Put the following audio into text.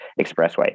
Expressway